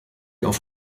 auf